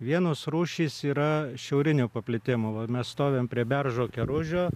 vienos rūšys yra šiaurinio paplitimo va mes stovim prie beržo keružio